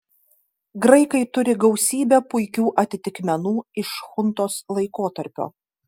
graikai turi gausybę puikių atitikmenų iš chuntos laikotarpio